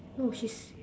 no she's